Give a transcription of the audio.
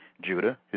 Judah